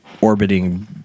orbiting